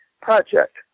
project